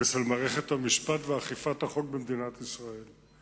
ושל מערכת המשפט ואכיפת החוק במדינת ישראל.